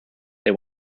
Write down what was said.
they